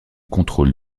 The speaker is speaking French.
contrôle